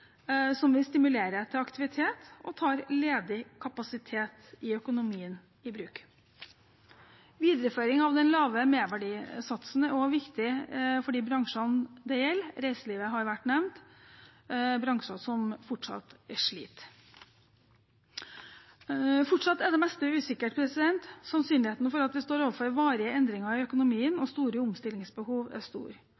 som vi stimulerer til aktivitet og tar ledig kapasitet i økonomien i bruk. Videreføring av den lave merverdiavgiftssatsen er også viktig for de bransjene det gjelder, reiselivet har vært nevnt, bransjene som fortsatt sliter. Fortsatt er det meste usikkert. Sannsynligheten for at vi står overfor varige endringer i økonomien